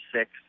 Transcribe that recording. six